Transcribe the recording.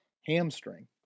hamstring